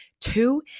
Two